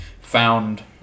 found